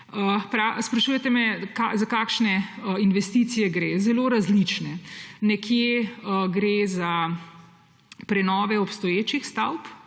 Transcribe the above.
Sprašujete me, za kakšne investicije gre. Zelo različne. Nekje gre za prenove obstoječih stavb,